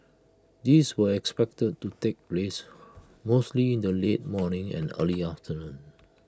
these were expected to take place mostly in the late morning and early afternoon